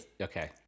Okay